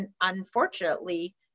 unfortunately